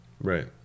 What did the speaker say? Right